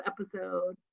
episode